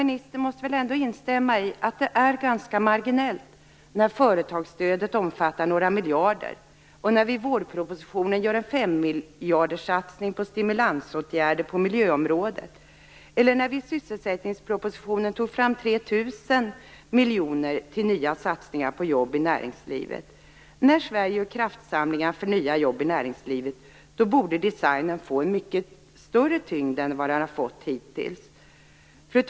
Men ministern måste väl ändå instämma i att det är ganska marginellt när företagsstödet omfattar några miljarder, när vi i vårpropositionen gör en femmiljarderssatsning på stimulansåtgärder på miljöområdet och när vi i sysselsättningspropositionen tar fram 3 000 miljoner till nya satsningar på jobb i näringslivet. När Sverige gör kraftsamlingar för nya jobb i näringslivet borde designen få en mycket större tyngd än vad den har fått hittills.